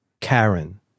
Karen